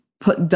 put